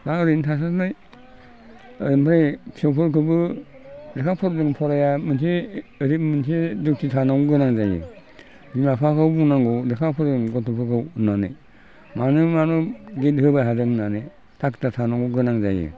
दा ओरैनो थास्लायस्लाय ओमफ्राय फिसौफोरखौबो लेखा फरा मोनसे ओरैनो मोनसे डिउटि थानांगौ गोनां जायो बिमा बिफाखौ बुंनांगौ लेखा फोरों गथ'फोरखौ होननानै मानो मानो गित होबाय थादों होननानै थातथा थानांगौ गोनां जायो